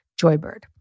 Joybird